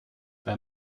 bei